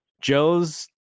Joe's